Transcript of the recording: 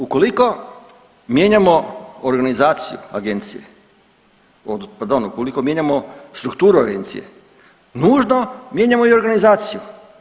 Ukoliko mijenjamo organizaciju agencije, pardon ukoliko mijenjamo strukturu agencije nužno mijenjamo i organizaciju.